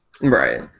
Right